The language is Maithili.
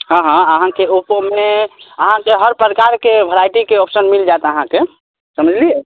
हँ हँ अहाँके ओप्पोमे अहाँके हर प्रकारके भेरायटीके ऑप्सन मिल जाएत अहाँकेँ